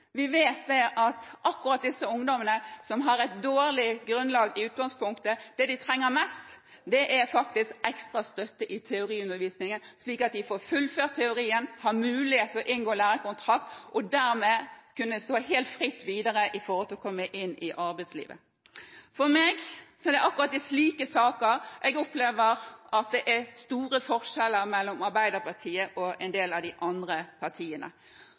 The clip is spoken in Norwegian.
vi vet at noe av det viktigste for akkurat disse ungdommene, som har et dårlig grunnlag i utgangspunktet, er ekstra støtte i teoriundervisningen, slik at de får fullført teorien, har mulighet til å inngå lærlingkontrakt og dermed kunne stå helt fritt videre med hensyn til å komme inn i arbeidslivet. For meg er det akkurat i slike saker jeg opplever at det er store forskjeller mellom Arbeiderpartiet og en del av de andre partiene.